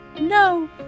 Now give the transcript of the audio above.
no